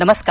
नमस्कार